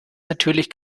natürlich